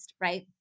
right